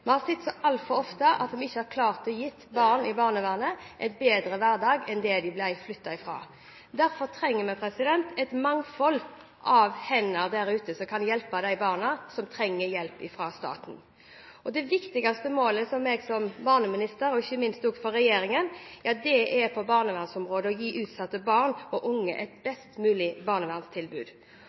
Vi har sett så altfor ofte at man ikke har klart å gi barn i barnevernet en bedre hverdag enn det de ble flyttet fra. Derfor trenger vi et mangfold av hender der ute som kan hjelpe de barna som trenger hjelp fra staten. Det viktigste målet for meg som barneminister, og ikke minst for regjeringen, er på barnevernsområdet å gi utsatte barn og unge et best mulig barnevernstilbud.